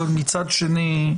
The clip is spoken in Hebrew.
אבל מצד שני,